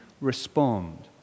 respond